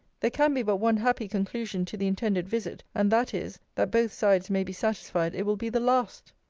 there can be but one happy conclusion to the intended visit and that is, that both sides may be satisfied it will be the last.